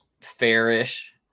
Fairish